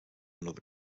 another